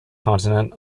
continent